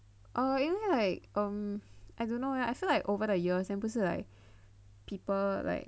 uh 因为 like um I don't know eh I feel like over the years then 不是 like people like